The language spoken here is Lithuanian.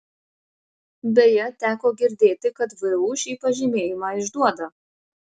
beje teko girdėti kad vu šį pažymėjimą išduoda